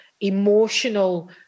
emotional